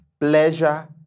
pleasure